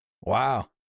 Wow